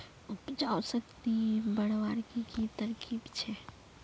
उपजाऊ शक्ति बढ़वार की की तरकीब छे?